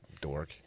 Dork